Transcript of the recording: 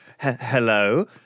hello